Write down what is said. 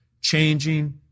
changing